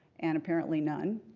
and apparently none.